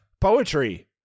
Poetry